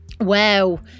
wow